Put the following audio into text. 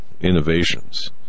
innovations